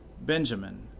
Benjamin